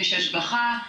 יש השגחה.